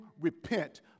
repent